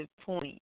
point